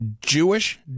Jewish